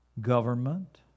government